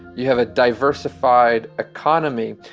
you have a diversified economy,